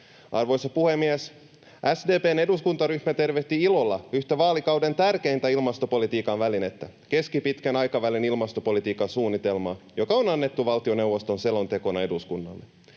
Arvoisa puhemies! SDP:n eduskuntaryhmä tervehtii ilolla yhtä vaalikauden tärkeintä ilmastopolitiikan välinettä, keskipitkän aikavälin ilmastopolitiikan suunnitelmaa, joka on annettu valtioneuvoston selontekona eduskunnalle.